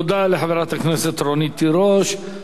תודה לחברת הכנסת רונית תירוש.